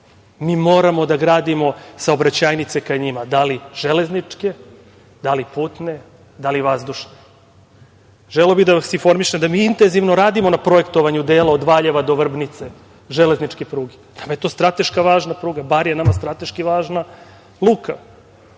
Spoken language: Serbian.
Mi moramo da gradimo saobraćajnice ka njima, da li železničke, da li putne, da li vazdušne. Želeo bih da vas informišem da mi intenzivno radimo na projektovanju dela od Valjeva do Vrbnice železničke pruge. Nama je to strateški važna pruga. Bar je nama strateški važna luka.